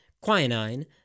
quinine